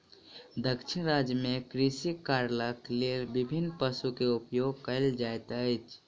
दक्षिण राज्य में कृषि कार्यक लेल विभिन्न पशु के उपयोग कयल जाइत अछि